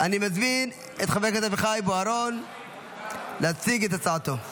אני מזמין את חבר הכנסת אביחי בוארון להציג את הצעתו.